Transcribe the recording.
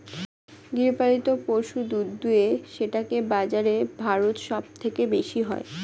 গৃহপালিত পশু দুধ দুয়ে সেটাকে বাজারে ভারত সব থেকে বেশি হয়